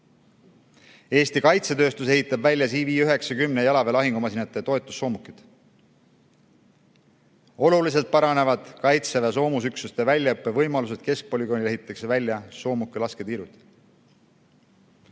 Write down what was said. Eesti kaitsetööstus ehitab välja jalaväe lahingumasinate CV90 toetussoomukid. Oluliselt paranevad Kaitseväe soomusüksuste väljaõppevõimalused, keskpolügoonil ehitatakse välja soomukilasketiirud.